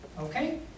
Okay